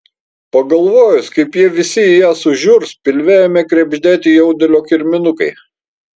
pagalvojus kaip jie visi į ją sužiurs pilve ėmė krebždėti jaudulio kirminukai